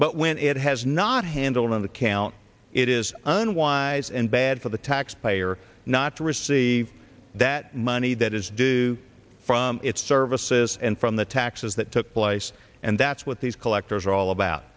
but when it has not handled on the can it is unwise and bad for the taxpayer not to receive that money that is due from its services and from the taxes that took place and that's what these collectors are all about